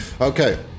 Okay